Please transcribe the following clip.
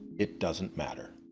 it doesn't matter.